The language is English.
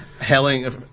hailing